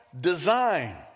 design